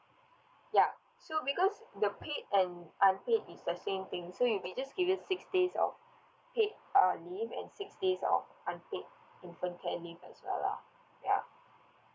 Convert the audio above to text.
ya so because the paid and unpaid is a same thing so you'll be just given six days of paid uh leave and six days of unpaid infant care leave as well lah ya